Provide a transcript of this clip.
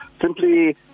Simply